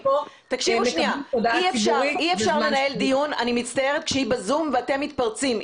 אי אפשר לנהל דיון כשהיא ב-זום ואתם מתפרצים.